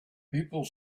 people